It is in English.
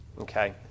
okay